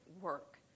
work